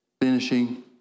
finishing